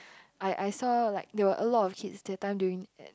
I I saw like there were a lot of kids that time during